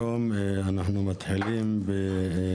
מתכבד לפתוח את ישיבת ועדת הפנים והגנת הסביבה.